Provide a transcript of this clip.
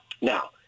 Now